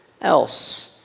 else